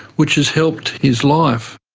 which has helped his life.